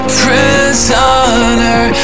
prisoner